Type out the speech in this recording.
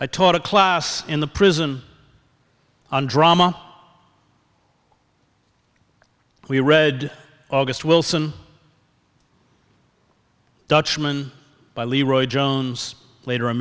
i taught a class in the prison on drama we read august wilson dutchman by leroy jones later